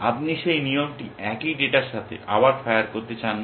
আপনি সেই নিয়মটি একই ডেটার সাথে আবার ফায়ার করতে চান না